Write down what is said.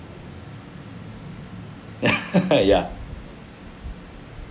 ya